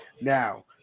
Now